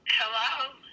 Hello